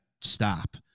stop